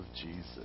Jesus